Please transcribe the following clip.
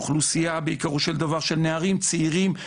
אוכלוסייה בעיקרו של דבר של נערים צעירים,